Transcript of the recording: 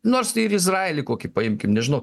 nors ir izraelį kokį paimkim nežinau